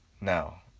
Now